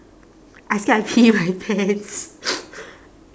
I scared I pee my pants